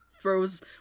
throws